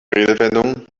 redewendungen